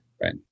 Right